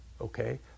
okay